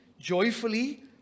joyfully